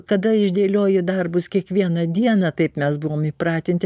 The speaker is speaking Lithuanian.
kada išdėlioji darbus kiekvieną dieną taip mes buvom įpratinti